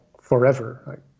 forever